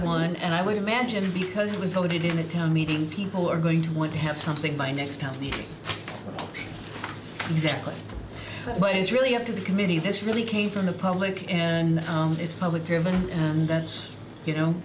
one and i would imagine because it was coded in a town meeting people are going to want to have something by next time the exactly what is really up to the committee this really came from the public and it's public driven and that's you know